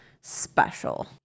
special